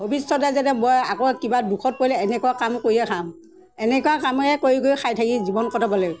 ভৱিষ্যতে যাতে মই আকৌ কিবা দুখত পৰিলে এনেকুৱা কাম কৰিয়ে খাম এনেকুৱা কামেই কৰি কৰি খাই থাকি জীৱন কটাব লাগিব